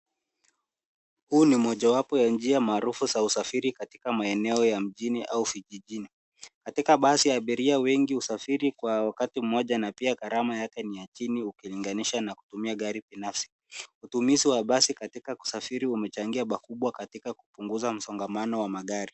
Huu ni mojawapo ya njia maarufu za usafiri katika maeneo ya mjini au vijijini. Katika basi abiria wengi husafiri kwa wakati mmoja na pia gharama yake ni ya chini ,ukilinganisha na kutumia gari binafsi. Utumizi wa basi katika usafiri umechangia pakubwa katika kupunguza msongamano wa magari.